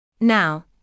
Now